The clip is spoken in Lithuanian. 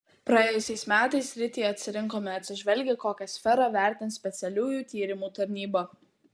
praėjusiais metais sritį atsirinkome atsižvelgę kokią sferą vertins specialiųjų tyrimų tarnyba